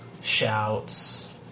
shouts